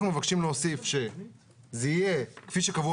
אנחנו מבקשים להוסיף שזה יהיה כפי שקבוע